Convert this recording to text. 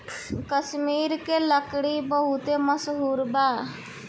कश्मीर के लकड़ी बहुते मसहूर बा